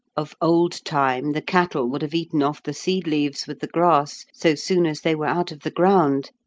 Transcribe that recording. of old time the cattle would have eaten off the seed leaves with the grass so soon as they were out of the ground,